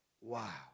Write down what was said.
Wow